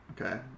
okay